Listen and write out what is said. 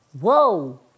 Whoa